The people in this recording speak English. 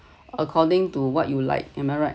according to what you like am I right